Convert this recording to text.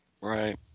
Right